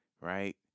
right